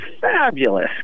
fabulous